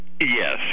Yes